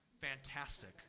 Fantastic